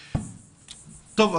טוב,